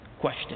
question